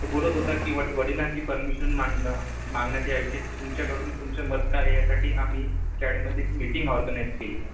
तो बोलत होता की व वडिलांची परमिशन मांगा मागण्यात यावी की तुमच्याकडून तुमचे मत काय आहे यासाठी आम्ही शाळेमध्ये एक मीटिंग ऑर्गनाईज केली आहे